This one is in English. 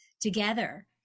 together